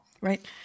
right